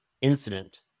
incident